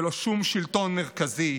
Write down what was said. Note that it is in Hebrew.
ולא שום שלטון מרכזי,